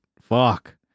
Fuck